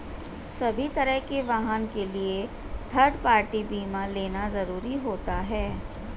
सभी तरह के वाहन के लिए थर्ड पार्टी बीमा लेना जरुरी होता है